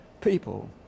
people